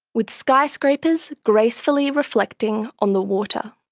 with skyscrapers gracefully reflecting on the water.